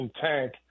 tank